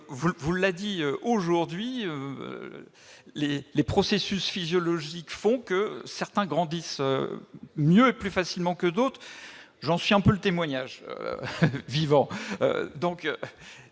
vous l'a dit, aujourd'hui, les processus physiologiques font que certains grandissent mieux et plus vite que d'autres. J'en suis un peu le témoignage vivant.